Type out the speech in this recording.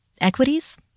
equities